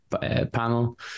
panel